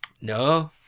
No